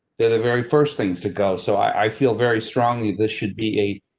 the the very first things to go. so i feel very strongly. this should be a,